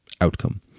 outcome